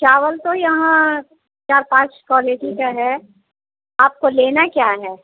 चावल तो यहाँ चार पाँच क्वालेटी का है आपको लेना क्या है